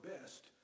best